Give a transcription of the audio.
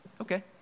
Okay